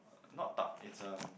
not tub it's um